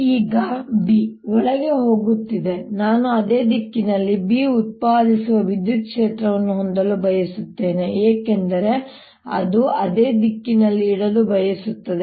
ಈಗB ಒಳಗೆ ಹೋಗುತ್ತಿದೆ ನಾನು ಅದೇ ದಿಕ್ಕಿನಲ್ಲಿ B ಉತ್ಪಾದಿಸುವ ವಿದ್ಯುತ್ ಕ್ಷೇತ್ರವನ್ನು ಹೊಂದಲು ಬಯಸುತ್ತೇನೆ ಏಕೆಂದರೆ ಅದು ಅದೇ ದಿಕ್ಕಿನಲ್ಲಿ ಇಡಲು ಬಯಸುತ್ತದೆ